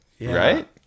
Right